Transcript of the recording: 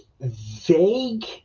vague